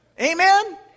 Amen